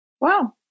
Wow